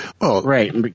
Right